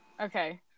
Okay